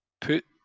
put